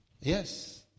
yes